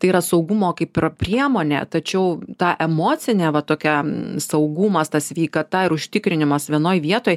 tai yra saugumo kaip priemonė tačiau ta emocinė va tokia saugumas ta sveikata ir užtikrinimas vienoj vietoj